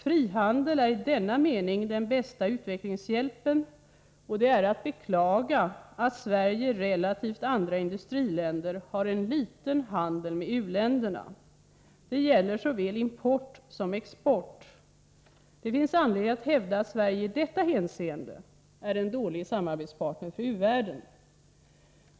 Frihandel är i denna mening den bästa utvecklingshjälpen, och det är att beklaga att Sverige i jämförelse med andra industriländer har en liten handel med u-länderna. Det gäller såväl import som export. Det finns anledning att hävda att Sverige i detta hänseende är en dålig samarbetspartner för u-världen.